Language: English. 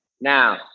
now